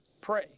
pray